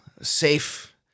safe